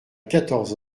quatorze